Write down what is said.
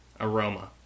aroma